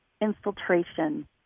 infiltration